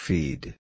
Feed